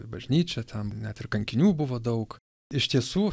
bažnyčią ten net ir kankinių buvo daug iš tiesų